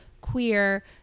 queer